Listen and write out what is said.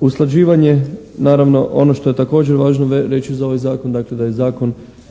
Usklađivanje naravno ono što je također važno reći za ovaj zakon dakle da je zakon